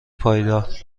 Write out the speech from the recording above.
پایدار